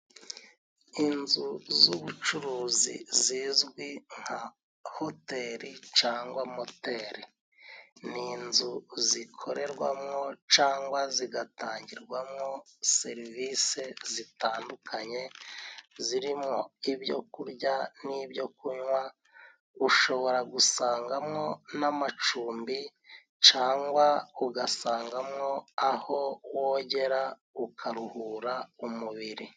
Inzu z'ubucuruzi zizwi nka hoteri cangwa moteri. ni inzu zikorerwamo cangwa zigatangirwamo serivisi zitandukanye， zirimo ibyo kurya n'ibyo kunywa，ushobora gusangamwo n'amacumbi cangwa ugasangamwo aho wogera， ukaruhura umubiri.